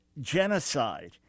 Genocide